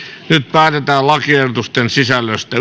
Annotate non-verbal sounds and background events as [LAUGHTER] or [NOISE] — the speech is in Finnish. päätetään lakiehdotusten sisällöstä [UNINTELLIGIBLE]